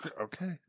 Okay